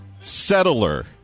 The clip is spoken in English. settler